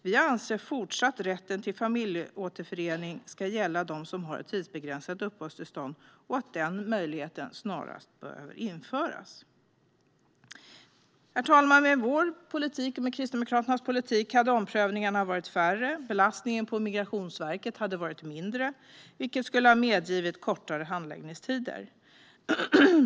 Vi anser fortsatt att rätten till familjeåterförening ska gälla dem som har ett tidsbegränsat uppehållstillstånd och att den möjligheten snarast bör införas. Herr talman! Med Kristdemokraternas politik hade omprövningarna varit färre och belastningen på Migrationsverket varit mindre, vilket skulle ha medgivit kortare handläggningstider.